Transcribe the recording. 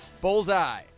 Bullseye